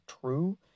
true